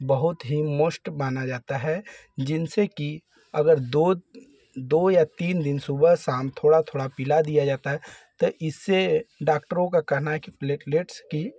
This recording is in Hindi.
बहुत ही मोश्ट बाना जाता है जिनसे कि अगर दो दो या तीन दिन सुबह शाम थोड़ा थोड़ा पिला दिया जाता है तो इससे डाक्टरों का कहना है कि प्लेटलेट्स की